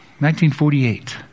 1948